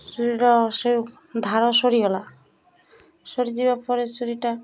ଛୁରୀର ସେ ଧାର ସରିଗଲା ସରିଯିବା ପରେ ଛୁରୀଟା